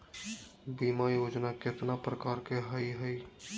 बीमा योजना केतना प्रकार के हई हई?